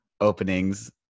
openings